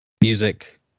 music